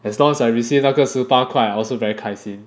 as long as I received 那个十八块 I also very 开心